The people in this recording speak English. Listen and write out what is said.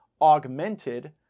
augmented